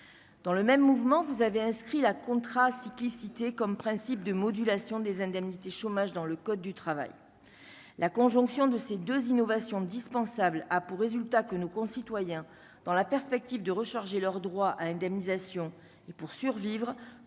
Dans le même mouvement, vous avez inscrit la contrat cyclicité comme principe de modulation des indemnités chômage dans le code du travail, la conjonction de ces 2 innovations dispensable a pour résultat que nos concitoyens dans la perspective de recharger leurs droits à indemnisation et pour survivre,